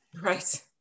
Right